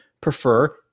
prefer